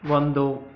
ಒಂದು